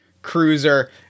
cruiser